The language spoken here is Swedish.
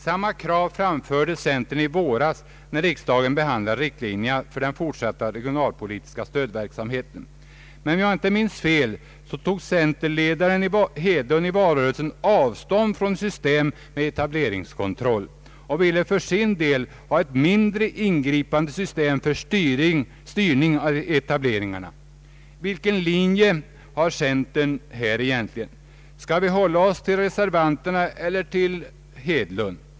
Samma krav framförde centern i våras, när riksdagen behandlade riktlinjerna för den fortsatta regionalpolitiska stödverksamheten. Men om jag inte minns fel tog centerledaren herr Hedlund i valrörelsen avstånd från ett system med etableringskontroll och ville för sin del ha ett mindre ingripande system för styrning av etableringarna. Vilken linje har centern egentligen? Skall vi hålla oss till reservanterna eller till herr Hedlund?